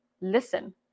listen